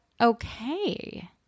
Okay